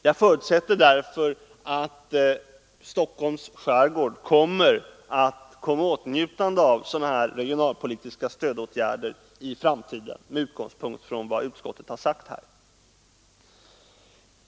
Jag förutsätter därför att Stockholms skärgård kommer i åtnjutande av sådana här regionalpolitiska stödåtgärder i framtiden med utgångspunkt i vad utskottet har skrivit.